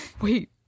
wait